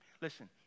Listen